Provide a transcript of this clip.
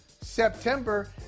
September